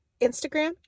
Instagram